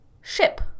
ship